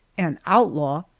an outlaw,